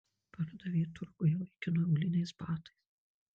pardavė turguje vaikinui auliniais batais